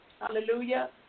Hallelujah